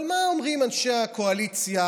אבל מה אומרים אנשי הקואליציה?